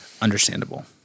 Understandable